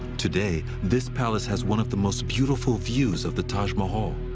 today, this palace has one of the most beautiful views of the taj mahal.